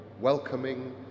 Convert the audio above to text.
welcoming